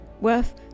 worth